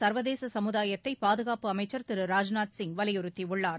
சர்வதேச சமுதாயத்தை பாதுகாப்பு அமைச்சர் திரு ராஜ்நாத்சிங் வலியுறுத்தியுள்ளார்